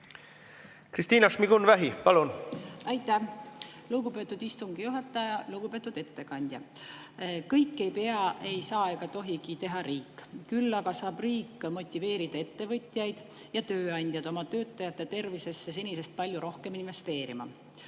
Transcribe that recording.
Kristina Šmigun‑Vähi, palun! Aitäh, lugupeetud istungi juhataja! Lugupeetud ettekandja! Kõike ei pea [tegema] riik, ei saa ega tohigi teha, küll aga saab riik motiveerida ettevõtjaid ja tööandjaid oma töötajate tervisesse senisest palju rohkem investeerima.